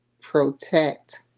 protect